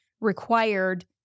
required